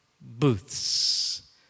booths